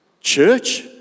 Church